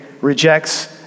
rejects